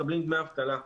מקבלים דמי אבטלה.